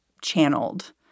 channeled